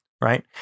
right